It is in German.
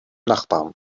nachbarn